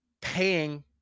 paying